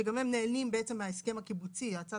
שגם הם בעצם נהנים מההסכם הקיבוצי - הצד